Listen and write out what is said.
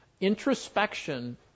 Introspection